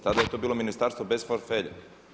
Tada je to bilo ministarstvo bez portfelja.